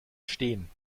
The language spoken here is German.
stehen